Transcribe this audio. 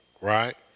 right